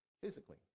physically